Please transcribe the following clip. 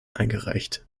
eingereicht